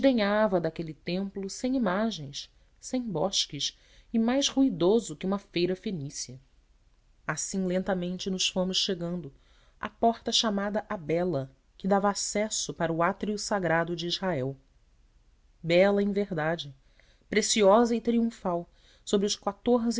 daquele templo sem imagens sem bosques e mais ruidoso que uma feira fenícia assim lentamente nos fomos chegando à porta chamada a bela que dava acesso para o átrio sagrado de israel bela em verdade preciosa e triunfal sobre os quatorze